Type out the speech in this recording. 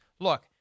Look